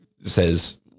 says